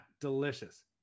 Delicious